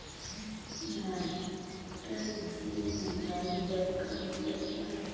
मास्टरजी महंगाई दर का मतलब क्या है?